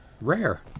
rare